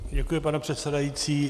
Děkuji, pane předsedající.